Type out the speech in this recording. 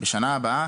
בשנה הבאה